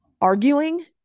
arguing